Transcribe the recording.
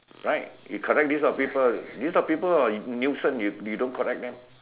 right you correct this kind of people this kind of people are nuisance you don't correct them